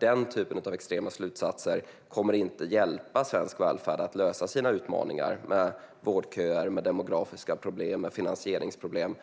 Den typen av extrema slutsatser kommer inte att hjälpa svensk välfärd att klara sina utmaningar med vårdköer, demografiska problem och finansieringsproblem.